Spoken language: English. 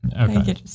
Okay